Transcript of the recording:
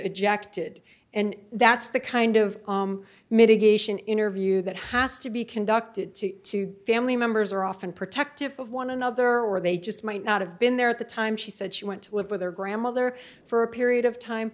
ejected and that's the kind of mitigation interview that has to be conducted to two family members are often protective of one another or they just might not have been there at the time she said she went to live with her grandmother for a period of time